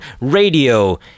radio